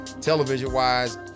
television-wise